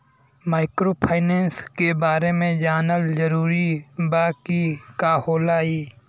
Microfinance के बारे में जानल जरूरी बा की का होला ई?